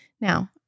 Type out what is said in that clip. Now